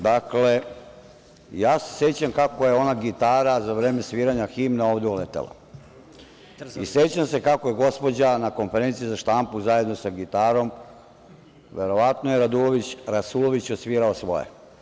Dakle, ja se sećam kako je ona gitara za vreme sviranja himne ovde uletela i sećam se kako je gospođa na konferenciji za štampu zajedno sa gitarom, verovatno je Radulović, Rasulović odsvirao svoje.